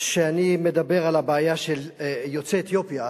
שאני מדבר על הבעיה של יוצאי אתיופיה